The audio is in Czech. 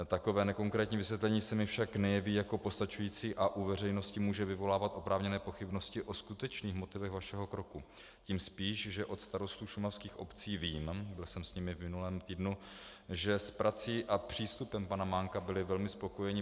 Takové nekonkrétní vysvětlení se mi však nejeví jako postačující a u veřejnosti může vyvolávat oprávněné pochybnosti o skutečných motivech vašeho kroku, tím spíš, že od starostů šumavských obcí vím byl jsem s nimi v minulém týdnu , že s prací a přístupem pana Mánka byli velmi spokojeni.